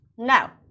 Now